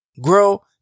grow